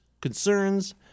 concerns